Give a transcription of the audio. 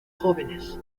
jóvenes